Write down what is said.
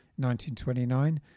1929